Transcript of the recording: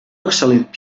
excel·lent